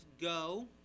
go